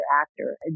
actor